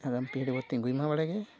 ᱟᱜᱟᱢ ᱯᱤᱲᱦᱤ ᱵᱚᱱ ᱛᱤᱜᱩᱭ ᱢᱟ ᱵᱟᱲᱮ ᱜᱮ